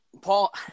Paul